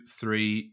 three